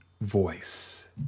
voice